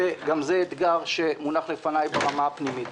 שגם זה אתגר שמונח לפניי ברמה הפנימית.